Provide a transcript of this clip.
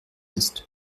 ist